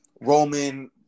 Roman